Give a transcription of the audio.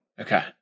Okay